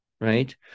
right